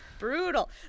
Brutal